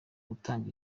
gutanga